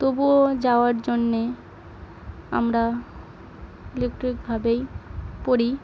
তবুও যাওয়ার জন্যে আমরা ইলেকট্রিকভাবেই পড়ি